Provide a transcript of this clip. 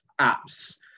apps